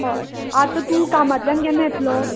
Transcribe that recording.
हय आतां तूं कामांतल्यान केन्ना येत लो